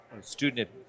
Student